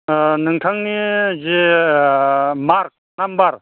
नोंथांनि जे mark number